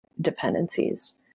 dependencies